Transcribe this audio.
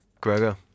Gregor